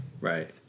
Right